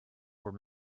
were